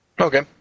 Okay